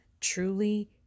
truly